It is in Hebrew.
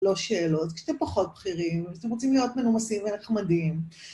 ‫לא שאלות, כשאתם פחות בכירים, ‫אתם רוצים להיות מנומסים ונחמדים.